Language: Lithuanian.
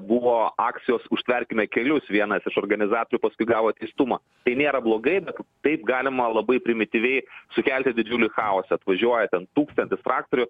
buvo akcijos užtverkime kelius vienas iš organizatorių paskui gavo teistumą tai nėra blogai bet taip galima labai primityviai sukelti didžiulį chaosą atvažiuoja ten tūkstantis traktorių